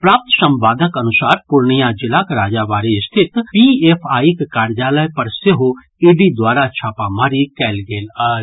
प्राप्त संवादक अनुसार पूर्णिया जिलाक राजाबाडी स्थित पीएफआईक कार्यालय पर सेहो ईडी द्वारा छापामारी कयल गेल अछि